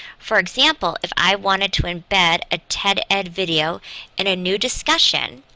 for example, if i wanted to embed a ted ed video in a new discussion,